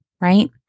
right